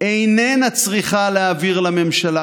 איננה צריכה להעביר לממשלה,